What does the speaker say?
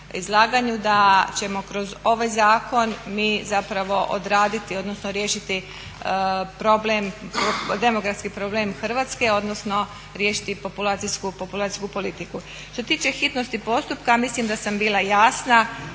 izlaganju da ćemo kroz ovaj zakon mi zapravo odraditi, odnosno riješiti problem, demografski problem Hrvatske odnosno riješiti populacijsku politiku. Što se tiče hitnosti postupka mislim da sam bila jasna,